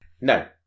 No